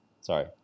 Sorry